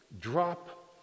drop